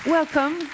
Welcome